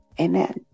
amen